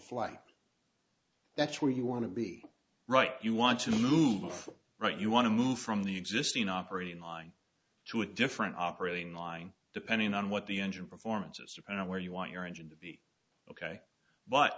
flight that's where you want to be right you want to move right you want to move from the existing operating line to a different operating line depending on what the engine performances are and where you want your engine to be ok but